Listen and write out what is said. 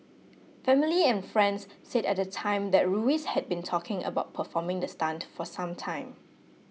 family and friends said at the time that Ruiz had been talking about performing the stunt for some time